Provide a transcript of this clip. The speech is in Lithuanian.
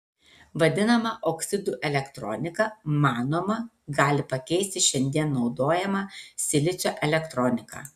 vadinama oksidų elektronika manoma gali pakeisti šiandien naudojamą silicio elektroniką